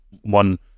one